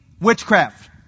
witchcraft